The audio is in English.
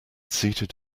seated